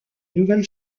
nouvelle